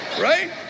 Right